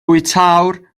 bwytäwr